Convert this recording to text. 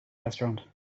restaurant